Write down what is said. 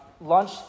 Lunch